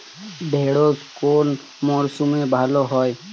ঢেঁড়শ কোন মরশুমে ভালো হয়?